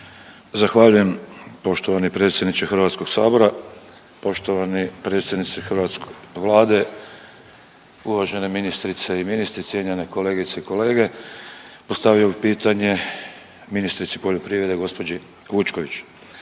Zahvaljujem poštovani predsjedniče Hrvatskog sabora. Poštovani predsjedniče hrvatske Vlade, uvažene ministrice i ministri, cijenjene kolegice i kolege, postavio bi pitanje ministrici poljoprivrede gospođi Vučković.